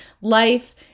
life